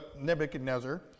Nebuchadnezzar